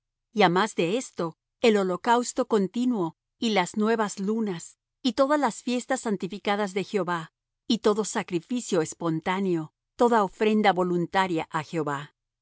y á más de esto el holocausto continuo y las nuevas lunas y todas las fiestas santificadas de jehová y todo sacrificio espontáneo toda ofrenda voluntaria á jehova